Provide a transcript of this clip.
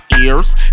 ears